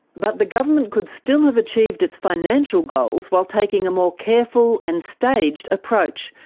but the government could still have achieved its financial goals while taking a more careful and staged approach,